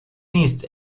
نیست